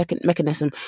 mechanism